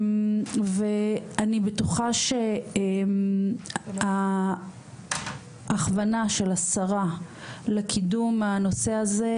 ואני בטוחה שההכוונה של השרה לקידום הנושא הזה,